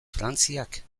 frantziak